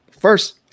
First